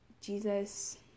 Jesus